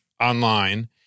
online